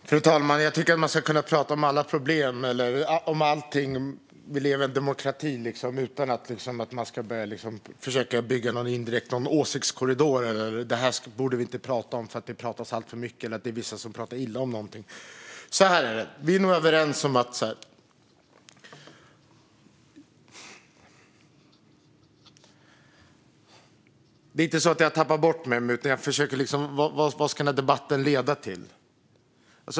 Fru talman! Vi ska kunna prata om alla problem och allting utan att man indirekt försöker att bygga en åsiktskorridor. Vi lever i en demokrati. Man kan inte säga att vi inte borde prata om det här för att det pratas alltför mycket om det eller att det finns vissa som pratar illa om någonting. Vad ska den här debatten leda till?